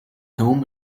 home